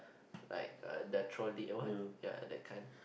like the trolley what ya that kind